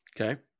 Okay